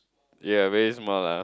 ya very small lah